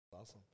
Awesome